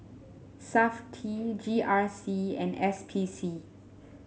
Safti G R C and S P C